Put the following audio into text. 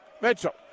Mitchell